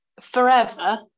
forever